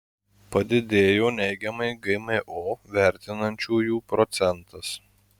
padidėjo neigiamai gmo vertinančiųjų procentas